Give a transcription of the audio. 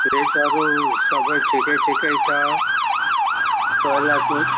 पेटहरू सबै ठिकै ठिकै छ पहिलाको